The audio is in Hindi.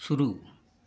शुरू